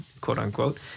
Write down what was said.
quote-unquote